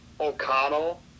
O'Connell